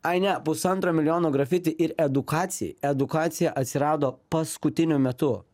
ai ne pusantro milijono grafiti ir edukacijai edukacija atsirado paskutiniu metu